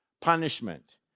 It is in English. punishment